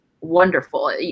wonderful